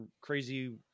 crazy